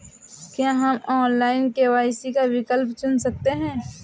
क्या हम online KYC का विकल्प चुन सकते हैं?